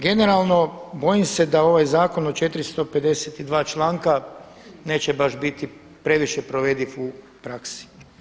Generalno bojim se da ovaj zakon od 452. članka neće baš biti previše provediv u praksi.